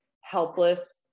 helpless